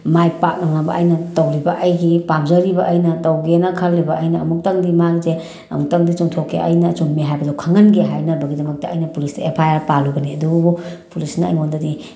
ꯃꯥꯏ ꯄꯥꯛꯅꯅꯕ ꯑꯩꯅ ꯇꯧꯔꯤꯕ ꯑꯩꯒꯤ ꯄꯥꯝꯖꯔꯤꯕ ꯑꯩꯅ ꯇꯧꯒꯦꯅ ꯈꯜꯂꯤꯕ ꯑꯩꯅ ꯑꯃꯨꯛꯇꯪꯗꯤ ꯃꯥꯁꯦ ꯑꯃꯨꯛꯇꯪꯗꯤ ꯆꯨꯝꯊꯣꯛꯀꯦ ꯑꯩꯅ ꯆꯨꯝꯃꯦ ꯍꯥꯏꯕꯗꯣ ꯈꯪꯍꯟꯒꯦ ꯍꯥꯏꯅꯕꯒꯤꯗꯃꯛꯇ ꯑꯩꯅ ꯄꯨꯂꯤꯁꯇ ꯑꯦꯐ ꯑꯥꯏ ꯑꯥꯔ ꯄꯥꯜꯂꯨꯕꯅꯦ ꯑꯗꯨꯕꯨ ꯄꯨꯂꯤꯁꯅ ꯑꯩꯉꯣꯟꯗꯗꯤ